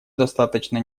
достаточно